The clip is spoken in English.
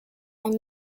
and